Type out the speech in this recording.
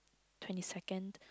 twenty second